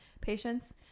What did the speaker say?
patients